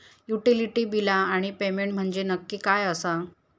Utility बिला आणि payment म्हंजे नक्की काय आसा?